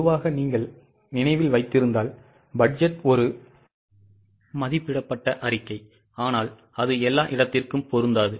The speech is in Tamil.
பொதுவாக நீங்கள் நினைவில் வைத்திருந்தால் பட்ஜெட் ஒரு மதிப்பிடப்பட்ட அறிக்கை ஆனால் அது எல்லா இடத்திற்கும் பொருந்தாது